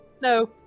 no